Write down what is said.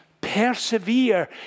persevere